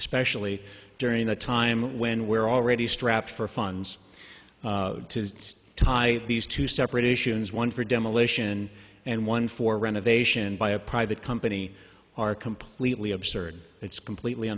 especially during a time when we're already strapped for funds to tie these two separate issues one for demolition and one for renovation by a private company are completely absurd it's completely